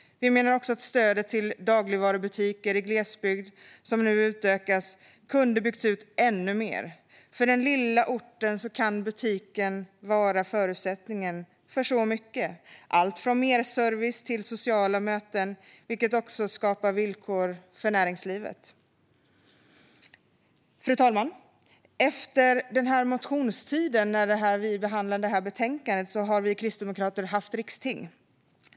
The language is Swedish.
Vi menar också att stödet till dagligvarubutiker i glesbygd, som nu utökas, kunde ha byggts ut ännu mer. För den lilla orten kan butiken vara förutsättningen för så mycket, allt från merservice till sociala möten, vilket också skapar goda villkor för näringslivet. Fru talman! Efter motionstiden, när vi behandlade detta betänkande, har vi kristdemokrater haft riksting.